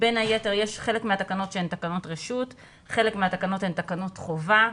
בין היתר חלק מהתקנות הן תקנות רשות וחלק מהתקנות הן תקנות חובה.